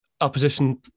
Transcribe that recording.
opposition